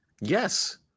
Yes